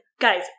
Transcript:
Guys